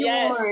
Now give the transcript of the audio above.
Yes